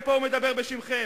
ופה הוא מדבר בשמכם,